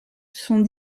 sont